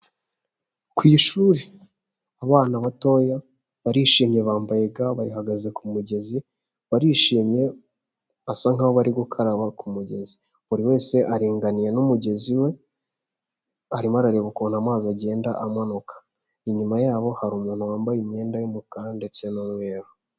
Ku ishuri abana batoya barishimye bambaye ga bahagaze ku mugezi, barishimye basa nk'aho bari gukaraba ku mugezi, buri wese aringaniye n'umugezi we arimo arareba ukuntu amazi agenda amanuka, inyuma yabo hari umuntu wambaye imyenda y'umukara ndetse n'mweru.